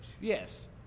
Yes